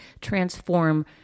transform